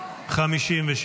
נתקבל.